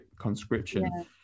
conscription